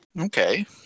Okay